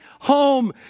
home